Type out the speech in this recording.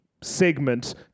segment